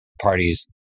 parties